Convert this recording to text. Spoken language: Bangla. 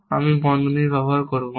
আমি বন্ধনী ব্যবহার করব না